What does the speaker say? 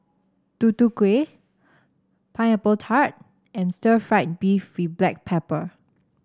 Tutu Kueh Pineapple Tart and Stir Fried Beef with Black Pepper